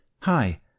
Hi